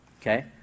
okay